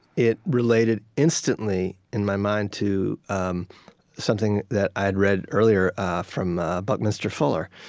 it related instantly in my mind to um something that i had read earlier ah from ah buckminster fuller,